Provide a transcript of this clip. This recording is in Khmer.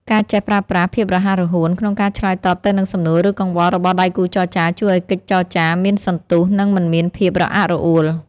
ការចេះប្រើប្រាស់ "ភាពរហ័សរហួន" ក្នុងការឆ្លើយតបទៅនឹងសំណួរ ឬកង្វល់របស់ដៃគូចរចា ជួយឱ្យកិច្ចចរចាមានសន្ទុះ និងមិនមានភាពរអាក់រអួល។